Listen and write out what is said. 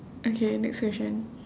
okay next question